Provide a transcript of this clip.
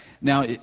Now